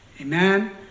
amen